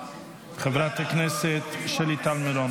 חברת הכנסת שלי טל מירון,